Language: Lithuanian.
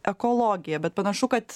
ekologiją bet panašu kad